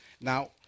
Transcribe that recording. Now